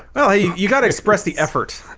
ah hey you gotta express the effort,